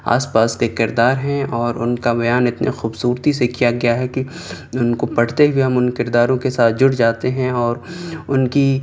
آس پاس کے کردار ہیں اور ان کا بیان اتنے خوبصورتی سے کیا گیا ہے کہ ان کو پڑھتے ہوئے ہم ان کرداروں کے ساتھ جڑ جاتے ہیں اور ان کی